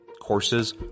Courses